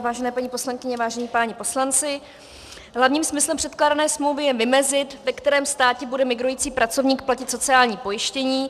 Vážené paní poslankyně, vážení páni poslanci, hlavním smyslem předkládané smlouvy je vymezit, ve kterém státě bude migrující pracovník platit sociální pojištění.